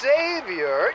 Savior